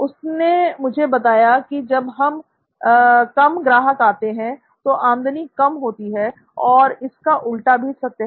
उसने मुझे बताया कि जब कम ग्राहक आते हैं तो आमदनी कम होती है तो इसका उल्टा भी सत्य है